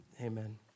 Amen